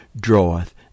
draweth